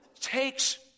takes